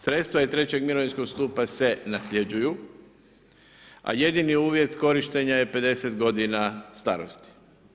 Sredstva iz trećeg mirovinskog stupa se nasljeđuju, a jedini uvjet korištenja je 50 godina starosti.